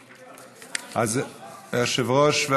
היושב-ראש?